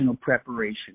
preparation